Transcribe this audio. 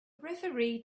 referee